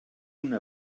una